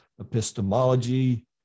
epistemology